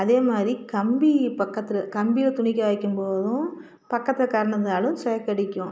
அதே மாதிரி கம்பி பக்கத்தில் கம்பியில் துணி காய வைக்கும் போதும் பக்கத்தில் கரண்ட் இருந்தாலும் ஸேக் அடிக்கும்